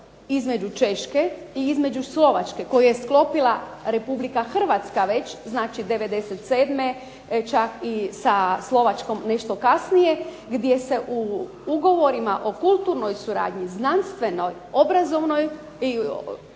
između Češke i između Slovačke koje je sklopila Republike Hrvatska već znači '97. čak i sa Slovačkom nešto kasnije gdje se ugovorima o kulturnoj suradnji, znanstvenoj, suradnji